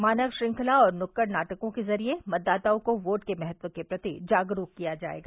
मानव श्रृंखला और नुक्कड़ नाटकों के ज़रिये मतदाताओं को वोट के महत्व के प्रति जागरूक किया जायेगा